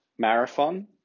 marathon